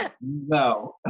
No